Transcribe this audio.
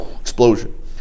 Explosion